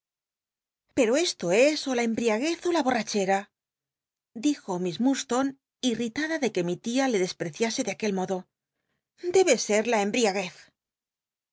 c to es ó la cmbriagucz ó la borrachcm dijo miss lurdston c irrit lda de que mi tia le dcs wccia c de aquel modo debe ser la